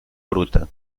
gruta